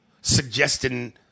suggesting